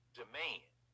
demand